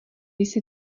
jsi